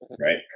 Right